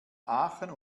aachen